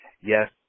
yes